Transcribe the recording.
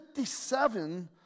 57